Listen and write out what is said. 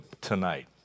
tonight